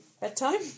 Bedtime